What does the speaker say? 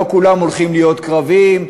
לא כולם הולכים להיות קרביים,